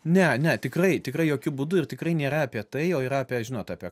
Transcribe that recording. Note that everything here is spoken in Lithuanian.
ne ne tikrai tikrai jokiu būdu ir tikrai nėra apie tai o yra apie žinot apie